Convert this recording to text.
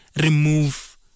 remove